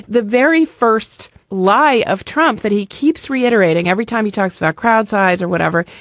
the very first lie of trump that he keeps reiterating every time he talks about crowd size or whatever.